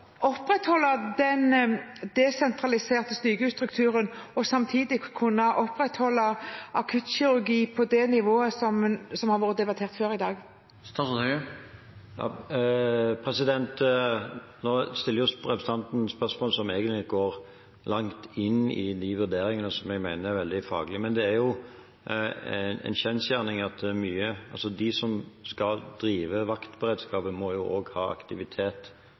opprettholde den desentraliserte sykehusstrukturen og samtidig kunne opprettholde akuttkirurgi på det nivået som har vært debattert før i dag? Nå stiller representanten spørsmål som egentlig går langt inn i de vurderingene som jeg mener er veldig faglige. Men det er en kjensgjerning at de som skal drive vaktberedskapen, også må ha aktivitet